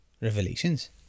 Revelations